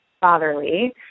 fatherly